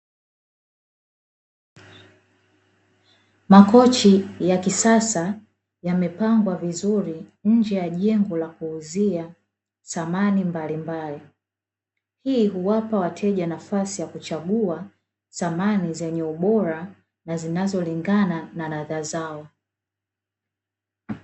Makochi ya kisasa yamepangwa vizuri nje ya jengo la kuuzia samani mbalimbali. Hii huwapa wateja nafasi ya kuchagua samani zenye ubora na zinazolingana na ladha zao.